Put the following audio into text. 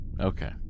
Okay